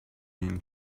این